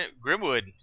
Grimwood